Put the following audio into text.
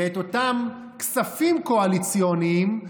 ואת אותם כספים קואליציוניים,